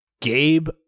Gabe